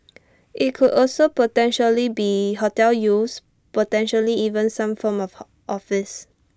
IT could also potentially be hotel use potentially even some form of office